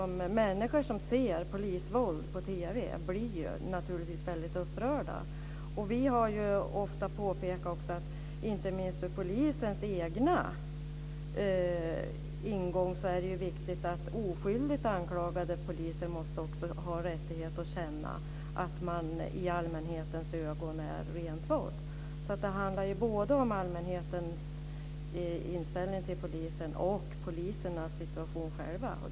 Människor som ser polisvåld på TV blir naturligtvis väldigt upprörda. Vi har ofta påpekat att det inte minst från polisens egen synpunkt är viktigt att oskyldigt anklagade poliser har rätt att känna sig rentvådda i allmänhetens ögon. Det handlar alltså både om allmänhetens inställning till polisen och om polisernas egen situation.